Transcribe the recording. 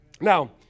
Now